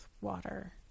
water